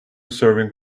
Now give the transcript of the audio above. serving